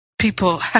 People